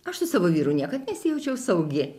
aš su savo vyru niekad nesijaučiau saugi